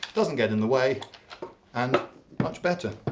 doesn't get in the way and much better.